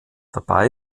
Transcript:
dabei